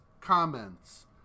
comments